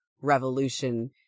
revolution